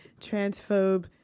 transphobe